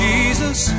Jesus